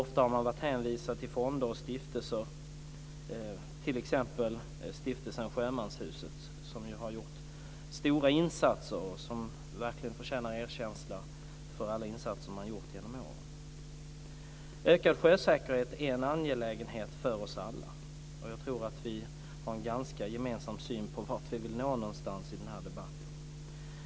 Man har varit hänvisad till fonder och stiftelser, t.ex. Stiftelsen Sjömanshuset, som har gjort stora insatser genom åren och verkligen förtjänar ett erkännande för dem. Ökad sjösäkerhet är en angelägenhet för oss alla, och jag tror att vi i den här debatten har en gemensam syn på vart vi vill nå någonstans.